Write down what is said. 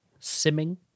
simming